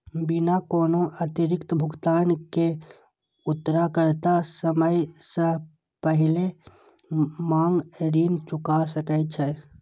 बिना कोनो अतिरिक्त भुगतान के उधारकर्ता समय सं पहिने मांग ऋण चुका सकै छै